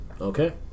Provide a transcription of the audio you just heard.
Okay